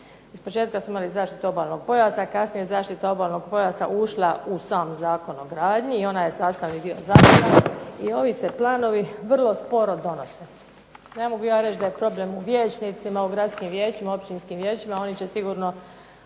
Ispočetka smo imali zaštitu obalnog pojasa, a kasnije je zaštita obalnog pojasa ušla u sam Zakona o gradnji i ovi se planovi vrlo sporo donose. Ne mogu reći da je problem u općinskim i gradskim vijećima, oni će